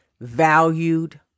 valued